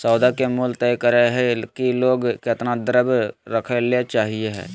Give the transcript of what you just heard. सौदा के मूल्य तय करय हइ कि लोग केतना द्रव्य रखय ले चाहइ हइ